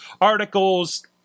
articles